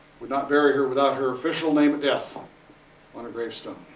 would not bury her without her official name at death on her gravestone.